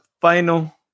final